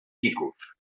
micos